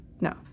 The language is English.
No